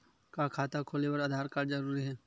का खाता खोले बर आधार जरूरी हे?